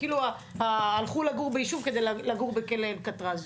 כאילו הלכו לגור ביישוב כדי לגור בכלא אלקטרז.